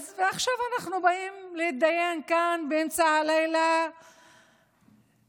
עכשיו אנחנו באים להתדיין כאן באמצע הלילה על נבצרות,